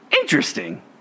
Interesting